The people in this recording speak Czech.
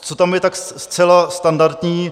Co tam je tak zcela standardní?